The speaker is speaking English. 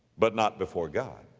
but not before god.